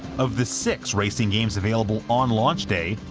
of the six racing games available on launch day,